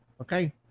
Okay